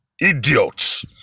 idiots